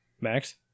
Max